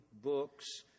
books